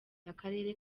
akarere